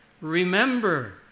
Remember